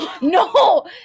No